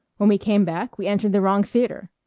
when we came back we entered the wrong theatre.